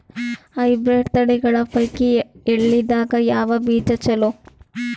Hybrid ತಳಿಗಳ ಪೈಕಿ ಎಳ್ಳ ದಾಗ ಯಾವ ಬೀಜ ಚಲೋ?